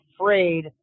afraid